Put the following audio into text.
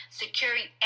securing